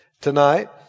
tonight